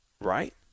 right